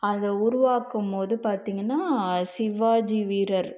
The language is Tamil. அதை உருவாக்கும் போது பார்த்தீங்கன்னா சிவாஜி வீரர்